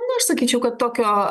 nu aš sakyčiau kad tokio